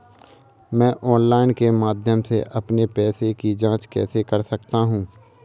मैं ऑनलाइन के माध्यम से अपने पैसे की जाँच कैसे कर सकता हूँ?